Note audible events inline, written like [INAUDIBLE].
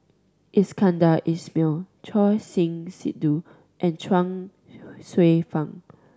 Iskandar Ismail Choor Singh Sidhu and Chuang [UNINTELLIGIBLE] Hsueh Fang